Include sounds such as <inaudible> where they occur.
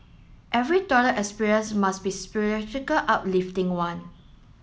every toilet experience must be <unintelligible> uplifting one